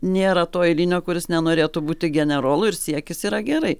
nėra to eilinio kuris nenorėtų būti generolu ir siekis yra gerai